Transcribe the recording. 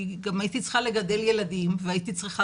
כי גם הייתי צריכה לגדל ילדים והייתי צריכה